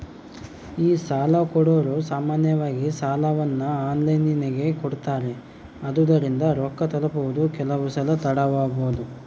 ಈ ಸಾಲಕೊಡೊರು ಸಾಮಾನ್ಯವಾಗಿ ಸಾಲವನ್ನ ಆನ್ಲೈನಿನಗೆ ಕೊಡುತ್ತಾರೆ, ಆದುದರಿಂದ ರೊಕ್ಕ ತಲುಪುವುದು ಕೆಲವುಸಲ ತಡವಾಬೊದು